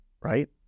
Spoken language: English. right